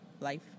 life